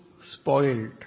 spoiled